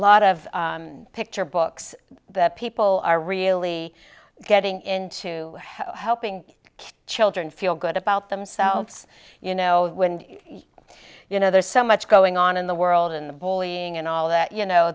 lot of picture books that people are really getting into helping children feel good about themselves you know you know there's so much going on in the world in the bullying and all that you know